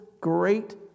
great